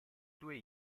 due